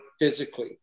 physically